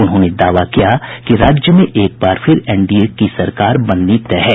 उन्होंने दावा किया कि राज्य में एक बार फिर एनडीए की सरकार बननी तय है